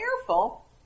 careful